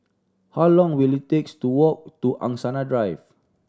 how long will it takes to walk to Angsana Drive